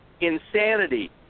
insanity